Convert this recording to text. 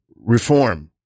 Reform